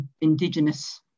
indigenous